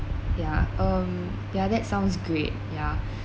yeah um yeah that's sound great yeah